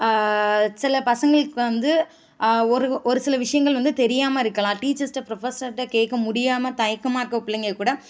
சில பசங்களுக்கு வந்து ஒரு ஒரு சில விஷயங்கள் வந்து தெரியாமல் இருக்கலாம் டீச்சர்ஸ்கிட்ட ப்ரொஃபசர்கிட்ட கேட்க முடியாமல் தயக்கமாக இருக்க பிள்ளைங்கள் கூட